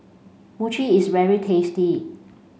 Mochi is very tasty